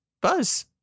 Buzz